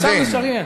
עכשיו, עכשיו נשריין.